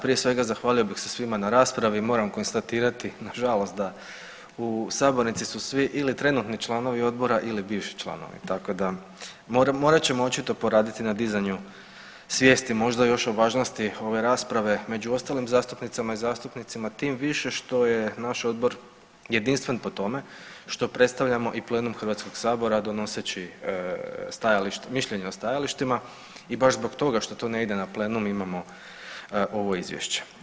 Prije svega zahvalo bih se svima na raspravi, moram konstatirati nažalost da u sabornici su svi ili trenutni članovi odbora ili bivši članovi tako da morat ćemo očito poraditi na dizanju svijesti možda još i važnosti ove rasprave među ostalim zastupnicima i zastupnicama tim više što je naš odbor jedinstven po tome što predstavljamo i plenum Hrvatskog sabora donoseći stajališta, mišljenja o stajalištima i baš zbog toga što to ne ide na plenum imamo ovo izvješće.